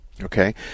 okay